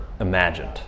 imagined